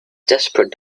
desperate